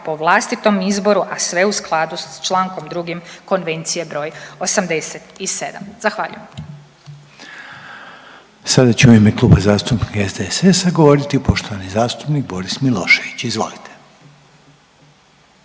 po vlastitom izboru, a sve u skladu sa člankom 2. Konvencije broj 87. Zahvaljujem. **Reiner, Željko (HDZ)** Sada će u ime Kluba zastupnika SDSS-a govoriti poštovani zastupnik Boris Milošević, izvolite.